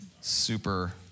super